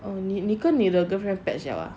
err 你你跟你的 girlfriend patch 了 ah